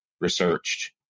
researched